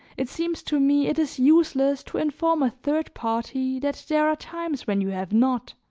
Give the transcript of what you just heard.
it seems to me it is useless to inform a third party that there are times when you have not.